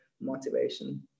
motivation